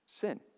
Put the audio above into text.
Sin